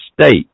state